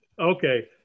Okay